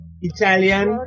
Italian